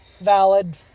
Valid